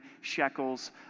shekels